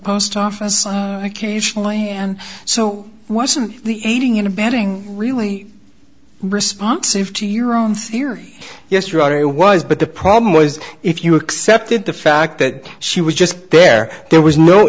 post office occasionally and so wasn't the aiding and abetting really responsive to your own theory yes rather was but the problem was if you accepted the fact that she was just there there was no